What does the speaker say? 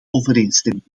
overeenstemming